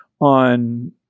on